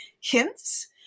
hints